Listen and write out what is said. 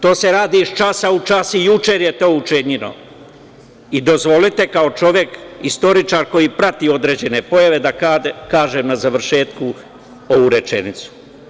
To se radi iz časa u čas i juče je to učinjeno, i dozvolite kao čovek istoričar, koji prati određene pojave, da kažem na završetku ovu rečenicu.